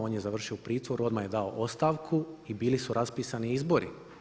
On je završio u pritvoru, odmah je dao ostavku i bili su raspisani izbori.